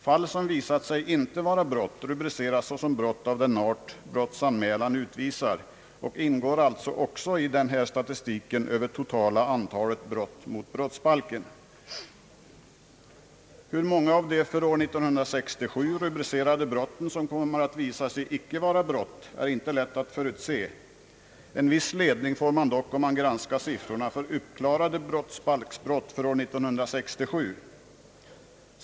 Fall som visat sig inte vara brott rubriceras dock såsom brott av den art brottsan Ang. rättsvården mälan utvisar och ingår alltså också i den här statistiken över totala antalet brott mot brottsbalken. Hur många av de för år 1967 rubricerade brotten som kommer att visa sig icke vara brott är inte lätt att förutse. En viss ledning får man dock om man granskar siffrorna för uppklarade brott mot brottsbalken för år 1967.